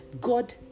god